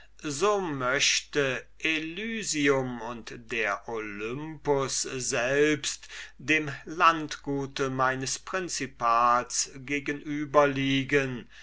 so möchte elysium und der olympus selbst dem landgute meines principals